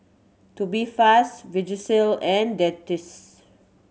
Tubifast Vagisil and